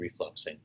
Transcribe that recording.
refluxing